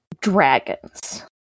dragons